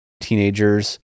teenagers